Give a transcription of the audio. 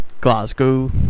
Glasgow